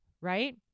Right